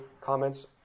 comments